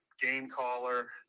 game-caller